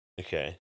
Okay